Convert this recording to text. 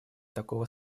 такого